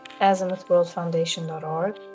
azimuthworldfoundation.org